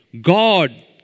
God